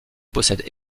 possède